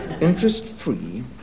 Interest-free